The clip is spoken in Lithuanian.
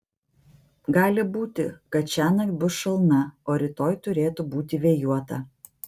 gali būti kad šiąnakt bus šalna o rytoj turėtų būti vėjuota